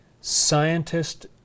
scientist